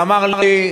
אמר לי,